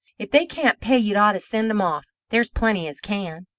if they can't pay you'd ought to send em off there's plenty as can.